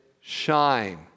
shine